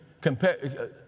Compare